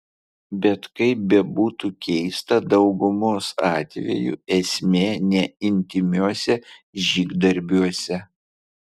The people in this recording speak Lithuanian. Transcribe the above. bet kaip bebūtų keista daugumos atvejų esmė ne intymiuose žygdarbiuose